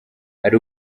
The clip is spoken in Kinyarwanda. hari